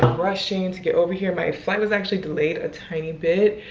rushing to get over here. my flight was actually delayed a tiny bit.